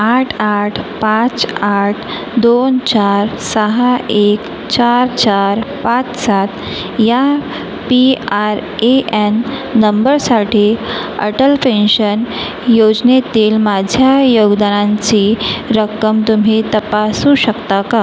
आठ आठ पाच आठ दोन चार सहा एक चार चार पाच सात या पी आर ए एन नंबरसाठी अटल पेन्शन योजनेतील माझ्या योगदानांची रक्कम तुम्ही तपासू शकता का